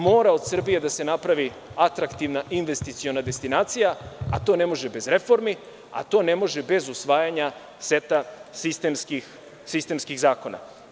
Mora od Srbije da se nastavi atraktivna investiciona destinacija, a to ne može bez reformi i ne može bez usvajanja seta sistemskih zakona.